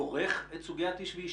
כורך את סוגית "איש ואשתו"?